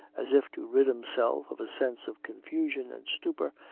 as if to rid himself of a sense of confusion and stupor,